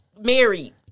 married